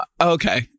Okay